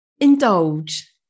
indulge